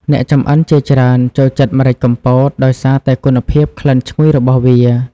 អ្នកចំអិនជាច្រើនចូលចិត្តម្រេចកំពត ដោយសារតែគុណភាពក្លិនឈ្ងុយរបស់វា។